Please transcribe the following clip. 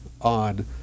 on